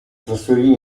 trasferì